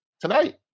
Tonight